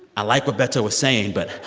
i like what beto was saying, but,